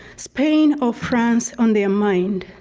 spain or france on their mind,